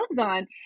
on